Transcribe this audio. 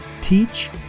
teach